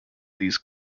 these